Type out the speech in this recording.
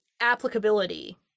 Applicability